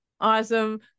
Awesome